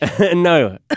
No